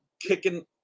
kicking